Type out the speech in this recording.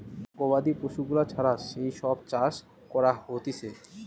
গবাদি পশু গুলা ছাড়া যেই সব চাষ করা হতিছে